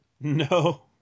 No